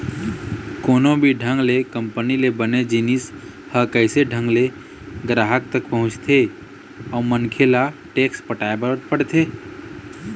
कोनो भी ढंग ले कंपनी ले बने जिनिस ह कइसे ढंग ले गराहक तक पहुँचथे अउ मनखे ल टेक्स पटाय बर पड़थे